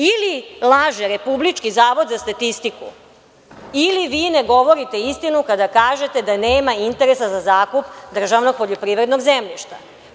Ili laže Republički zavod za statistiku ili vi ne govorite istinu kada kažete da nema interesa za zakup državnog poljoprivrednog zemljišta.